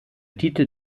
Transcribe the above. titel